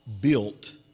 built